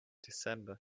december